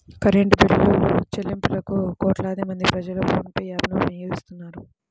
current బిల్లులుచెల్లింపులకు కోట్లాది మంది ప్రజలు ఫోన్ పే యాప్ ను వినియోగిస్తున్నారు